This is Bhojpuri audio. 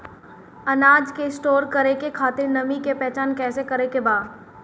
अनाज के स्टोर करके खातिर नमी के पहचान कैसे करेके बा?